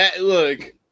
look